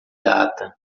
data